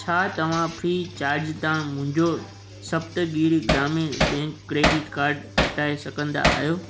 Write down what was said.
छा तव्हां free charge तां मुंहिंजो Saptagiri Grameen bank credit card हटाए सघंदा आहियो